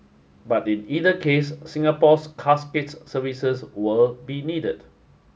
but it either case Singapore's Casket's services will be needed